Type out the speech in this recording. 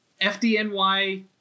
FDNY